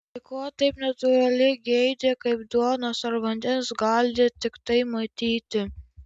tai ko taip natūraliai geidi kaip duonos ar vandens gali tiktai matyti